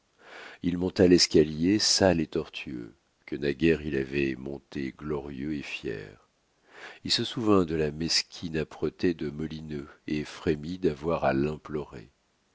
il monta l'escalier sale et tortueux que naguère il avait monté glorieux et fier il se souvint de la mesquine âpreté de molineux et frémit d'avoir à l'implorer